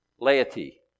laity